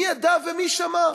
מי ידע ומי שמע?